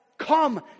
Come